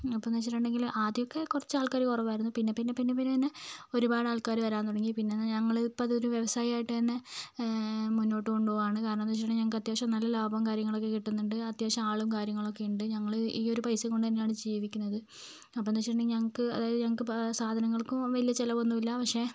അപ്പോഴെന്ന് വെച്ചിട്ടുണ്ടെങ്കിൽ ആദ്യമൊക്കെ കുറച്ചാൾക്കാർ കുറവായിരുന്നു പിന്നെപ്പിന്നെ പിന്നെ പിന്നെ പിന്നെ ഒരുപാടാൾക്കാർ വരാൻ തുടങ്ങി പിന്നെ അത് ഞങ്ങൾ ഒരു വ്യവസായമായിട്ട് തന്നെ മുന്നോട്ട് കൊണ്ട് പോകാണ് കാരണമെന്തെന്നു വെച്ചിട്ടുണ്ടെങ്കിൽ ഞങ്ങൾക്കത്യാവശ്യം നല്ല ലാഭം കാര്യങ്ങളൊക്കെ കിട്ടുന്നുണ്ട് അത്യാവശ്യം ആളും കാര്യങ്ങളൊക്കെയുണ്ട് ഞങ്ങൾ ഈ ഒരു പൈസയും കൊണ്ടു തന്നെയാണ് ജീവിക്കുന്നത് അപ്പോഴെന്നു വെച്ചിട്ടുണ്ടെങ്കിൽ ഞങ്ങൾക്ക് അതായത് ഞങ്ങൾക്ക് സാധനങ്ങൾക്കും വലിയ ചിലവൊന്നുമില്ല പക്ഷെ